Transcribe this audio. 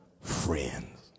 friends